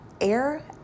air